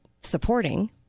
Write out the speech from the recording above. supporting